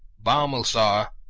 bomilcar,